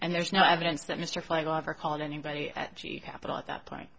and there's no evidence that mr feigel ever called anybody at g e capital at that point